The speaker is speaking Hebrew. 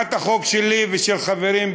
הצעת החוק שלי ושל חברים,